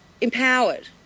empowered